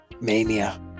Mania